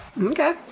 Okay